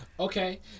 Okay